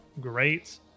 great